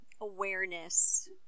awareness